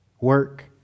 work